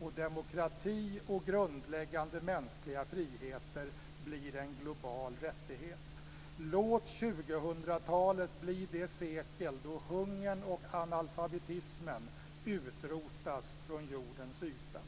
och demokrati och grundläggande mänskliga friheter blir en global rättighet! Låt 2000-talet bli det sekel då hungern och analfabetismen utrotas från jordens yta!